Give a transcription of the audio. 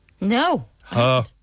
No